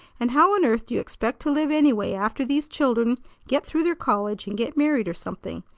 and how on earth do you expect to live anyway after these children get through their college and get married or something?